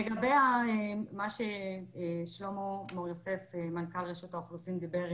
לגבי מה ששלמה מור יוסף דיבר